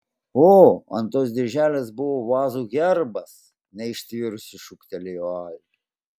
o ant tos dėželės buvo vazų herbas neištvėrusi šūktelėjo algė